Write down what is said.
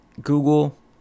Google